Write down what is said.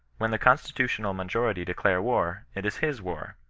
when the constitutional majority declare war, it is his war.